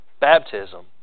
baptism